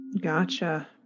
gotcha